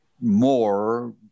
more